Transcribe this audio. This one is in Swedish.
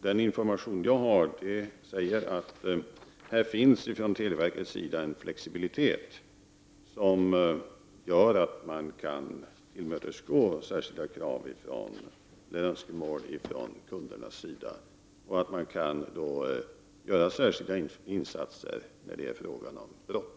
Den information som jag har går ut på att det hos televerket finns en flexibilitet som gör att verket kan tillmötesgå särskilda önskemål från kundernas sida. Man kan alltså göra särskilda insatser då det är fråga om brott.